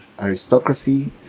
aristocracy